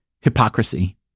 hypocrisy